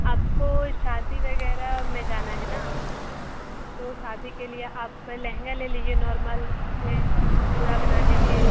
आपको शादी वगैरह में जाना हैं ना तो शादी के लिए आप लहँगा ले लीजिये नार्मल उस में जुड़ा बना लीजिये